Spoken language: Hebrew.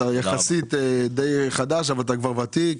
אתה יחסית די חדש אבל אתה ותיק,